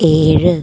ഏഴ്